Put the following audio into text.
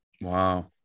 Wow